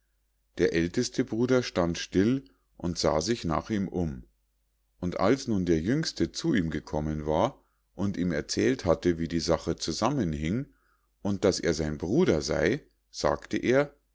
der älteste bruder stand still und sah sich nach ihm um und als nun der jüngste zu ihm gekommen war und ihm erzählt hatte wie die sache zusammenhing und daß er sein bruder sei sagte er